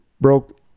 broke